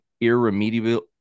irremediable